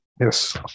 yes